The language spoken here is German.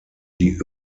die